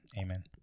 amen